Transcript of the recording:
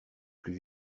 plus